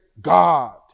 God